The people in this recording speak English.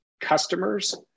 customers